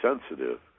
sensitive